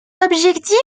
objectif